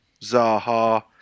Zaha